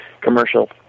commercial